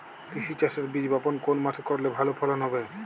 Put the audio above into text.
তিসি চাষের বীজ বপন কোন মাসে করলে ভালো ফলন হবে?